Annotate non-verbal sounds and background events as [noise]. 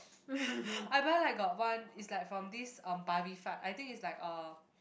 [laughs] I buy like got one is like from this um I think is like uh